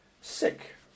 sick